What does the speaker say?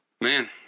Man